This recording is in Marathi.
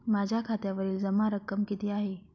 माझ्या खात्यावरील जमा रक्कम किती आहे?